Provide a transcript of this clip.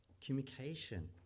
Communication